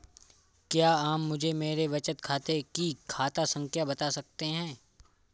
क्या आप मुझे मेरे बचत खाते की खाता संख्या बता सकते हैं?